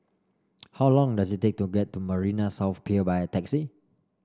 how long does it take to get to Marina South Pier by taxi